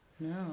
No